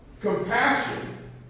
Compassion